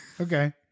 Okay